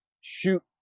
shoot